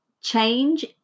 change